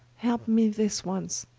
helpe me this once,